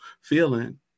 feeling